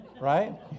right